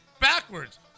backwards